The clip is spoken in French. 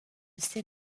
sais